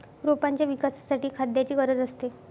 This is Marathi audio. रोपांच्या विकासासाठी खाद्याची गरज असते